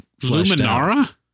Luminara